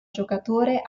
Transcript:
giocatore